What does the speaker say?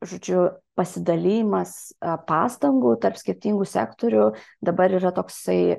žodžiu pasidalijimas pastangų tarp skirtingų sektorių dabar yra toksai